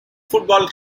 football